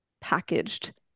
packaged